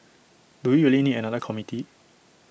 do we really need another committee